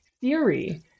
theory